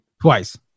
Twice